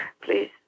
please